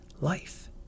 life